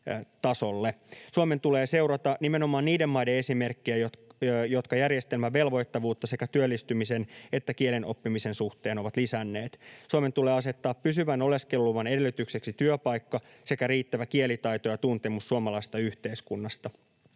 Suomen tulee seurata nimenomaan niiden maiden esimerkkiä, jotka ovat lisänneet järjestelmän velvoittavuutta sekä työllistymisen että kielen oppimisen suhteen. Suomen tulee asettaa pysyvän oleskeluluvan edellytykseksi työpaikka sekä riittävä kielitaito ja tuntemus suomalaisesta yhteiskunnasta.